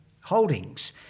holdings